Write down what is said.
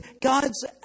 God's